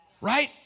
right